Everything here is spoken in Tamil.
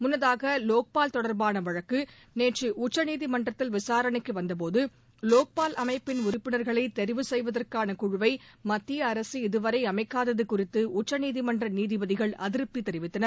முன்னதாகலோக்பால் தொடர்பானவழக்குநேற்றுஉச்சநீதிமன்றத்தில் விசாரணைக்குவந்தபோதுலோக்பால் உறப்பினர்களைதெரிவு செய்வதற்கானகுழுவைமத்தியஅரசு அமைப்பின் இதுவரைஅமைக்காததுகுறித்துடச்சநீதிமன்றநீதிபதிகள் அதிருப்திதெரிவித்தனர்